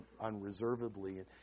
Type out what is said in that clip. unreservedly